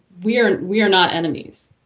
we are we are not enemies